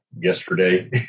yesterday